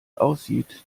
aussieht